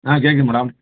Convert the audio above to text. ஆ கேட்குது மேடம்